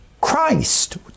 Christ